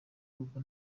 kuko